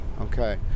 okay